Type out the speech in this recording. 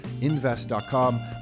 invest.com